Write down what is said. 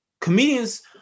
comedians